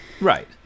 right